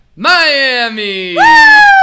Miami